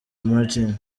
martin